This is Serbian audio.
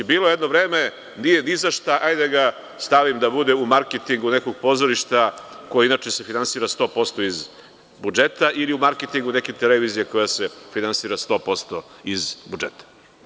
Bilo je jedno vreme – nije ni zašta, hajde da ga stavim da bude u marketingu nekog pozorišta, koje se inače finansira 100% iz budžeta ili u marketingu neke televizije koja se finansira 100% iz budžeta.